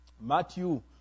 Matthew